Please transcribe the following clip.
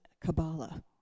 Kabbalah